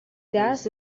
gus